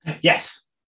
Yes